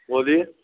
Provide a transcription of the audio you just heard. बोलिए